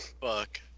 Fuck